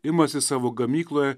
imasi savo gamykloje